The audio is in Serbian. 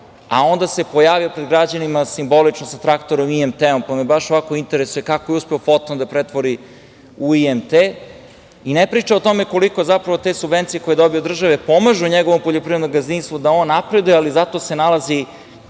a onda se pojavio pred građanima simbolično sa traktorom IMT, pa me baš ovako interesuje kako je uspeo „foton“ da pretvori u IMT, i ne priča o tome koliko zapravo te subvencije koje je dobio od države pomažu njegovom poljoprivrednom gazdinstvu da on napreduje, ali zato se nalazi